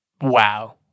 wow